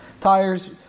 Tires